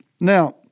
Now